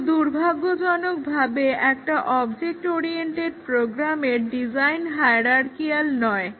কিন্তু দুর্ভাগ্যজনকভাবে একটা অবজেক্ট ওরিয়েন্টেড প্রোগ্রামের ডিজাইন হায়ারার্কিয়াল নয়